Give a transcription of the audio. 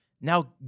Now